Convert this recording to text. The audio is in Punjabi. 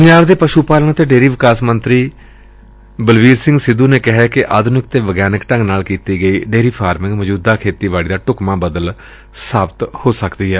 ਪੰਜਾਬ ਦੇ ਪਸ਼ੂ ਪਾਲਣ ਅਤੇ ਡੇਅਰੀ ਵਿਕਾਸ ਮੰਤਰੀ ਬਲਬੀਰ ਸਿੰਘ ਸਿੱਧੂ ਨੇ ਕਿਹੈ ਕਿ ਆਧੁਨਿਕ ਅਤੇ ਵਿਗਿਆਨਿਕ ਢੰਗ ਨਾਲ ਕੀਤੀ ਗਈ ਡੇਅਰੀ ਫਾਰਮਿੰਗ ਮੌਜੂਦਾ ਖੇਤੀਬਾੜੀ ਦਾ ਢੁੱਕਵਾਂ ਬਦਲ ਸਾਬਿਤ ਹੋ ਸਕਦੀ ਏ